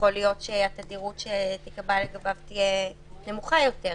יכול להיות שהתדירות שתיקבע לגביו תהיה נמוכה יותר.